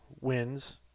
wins